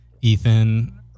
Ethan